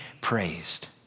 praised